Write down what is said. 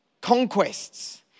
conquests